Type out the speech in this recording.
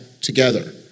together